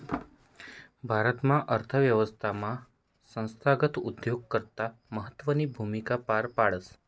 भारताना अर्थव्यवस्थामा संस्थागत उद्योजकता महत्वनी भूमिका पार पाडस